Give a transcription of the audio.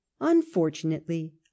unfortunately